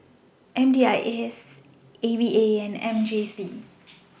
MDIS AVA and MJC